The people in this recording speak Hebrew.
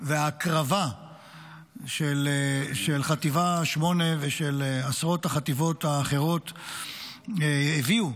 וההקרבה של חטיבה 8 ושל עשרות החטיבות האחרות הביאו,